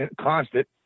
constant